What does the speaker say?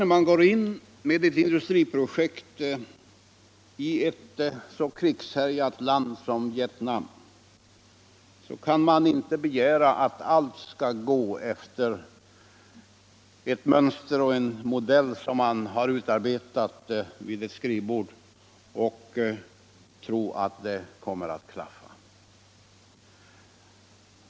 När man nu går in med ett industriprojekt i ett så krigshärjat land som Vietnam kan' man självklart inte begära att allt skall gå efter ett mönster och en modell som man har utarbetat vid ctt skrivbord och tro alt allt kommer att klaffa.